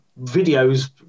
videos